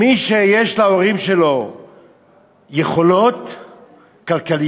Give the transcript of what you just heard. מי שיש להורים שלו יכולות כלכליות,